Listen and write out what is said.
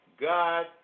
God